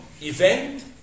event